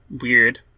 Weird